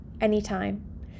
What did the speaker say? anytime